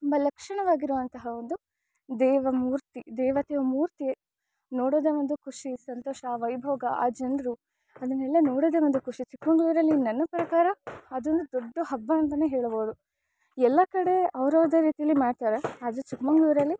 ತುಂಬ ಲಕ್ಷಣವಾಗಿರುವಂತಹ ಒಂದು ದೇವ ಮೂರ್ತಿ ದೇವತೆಯ ಮೂರ್ತಿ ನೋಡೋದೇ ಒಂದು ಖುಷಿ ಸಂತೋಷ ವೈಭೋಗ ಆ ಜನರು ಅದನ್ನೆಲ್ಲ ನೋಡೋದೇ ಒಂದು ಖುಷಿ ಚಿಕ್ಕಮಂಗ್ಳೂರಲ್ಲಿ ನನ್ನ ಪ್ರಕಾರ ಅದೊಂದು ದೊಡ್ಡ ಹಬ್ಬ ಅಂತಾನೇ ಹೇಳಬೌದು ಎಲ್ಲ ಕಡೆ ಅವ್ರವ್ರದ್ದೇ ರೀತೀಲಿ ಮಾಡ್ತಾರೆ ಆದರೆ ಚಿಕ್ಕಮಂಗ್ಳೂರಲ್ಲಿ